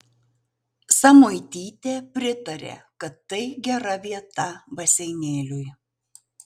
samuitytė pritarė kad tai gera vieta baseinėliui